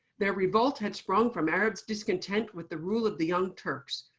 their revolt had sprung from arab's discontent with the rule of the young turks,